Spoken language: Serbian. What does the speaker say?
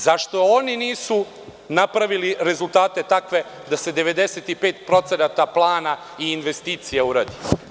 Zašto oni nisu napravili rezultate takve da se 95% plana i investicija uradi?